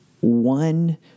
one